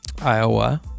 Iowa